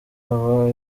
aba